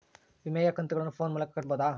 ವಿಮೆಯ ಕಂತುಗಳನ್ನ ಫೋನ್ ಮೂಲಕ ಕಟ್ಟಬಹುದಾ?